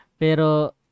Pero